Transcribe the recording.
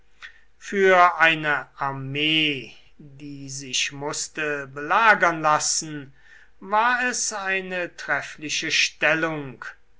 für eine armee die sich mußte belagern lassen war es eine vortreffliche stellung